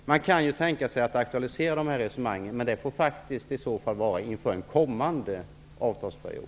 Man kan tänka sig att aktualisera dessa resonemang, men det får i så fall ske inför en kommande avtalsperiod.